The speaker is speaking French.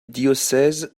diocèse